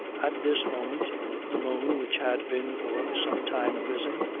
at this moment the moon which had been for some time risen,